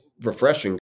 refreshing